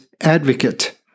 advocate